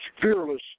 Fearless